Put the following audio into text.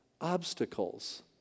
obstacles